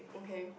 okay